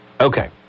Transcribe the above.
Okay